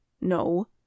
No